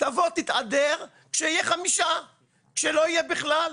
תבוא תתהדר כשיהיה חמישה, שלא יהיה בכלל.